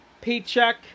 paycheck